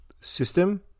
system